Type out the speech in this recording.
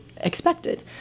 expected